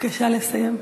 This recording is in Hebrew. בבקשה לסיים.